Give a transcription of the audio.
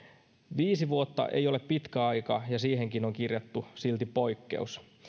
viisi vuotta ei ole pitkä aika ja siihenkin on kirjattu silti poikkeus